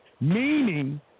Meaning